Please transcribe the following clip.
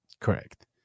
Correct